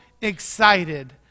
excited